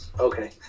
Okay